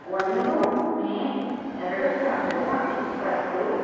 ಒಂದು ಮೇ ಎರಡು ಸಾವಿರದ ಇಪ್ಪತ್ತು